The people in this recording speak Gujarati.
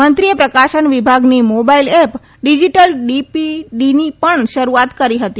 મંત્રીએ પ્રકાશન વિભાગની મોબાઇલ એપ ડીજીટલ ડીપીડીની પણ શરૂઆત કરી હતી